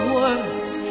words